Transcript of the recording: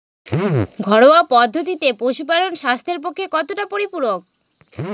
ঘরোয়া পদ্ধতিতে পশুপালন স্বাস্থ্যের পক্ষে কতটা পরিপূরক?